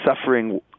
suffering